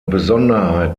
besonderheit